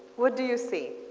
what do you see?